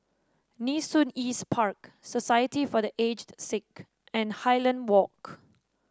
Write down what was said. Nee Soon East Park Society for The Aged Sick and Highland Walk